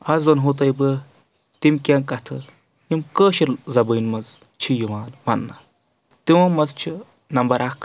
آز وَنہو تۄہہِ بہٕ تِم کینٛہہ کَتھٕ یِم کٲشِر زبٲنۍ منٛز چھِ یِوان وَننہٕ تِمو منٛز چھِ نَمبَر اَکھ